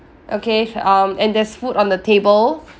okay um and there's food on the table